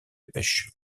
pêche